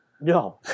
no